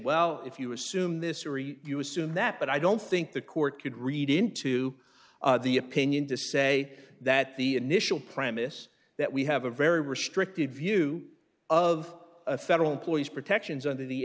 well if you assume this or you assume that but i don't think the court could read into the opinion to say that the initial premise that we have a very restricted view of a federal employees protections under the